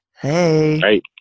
Hey